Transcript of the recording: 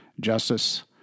Justice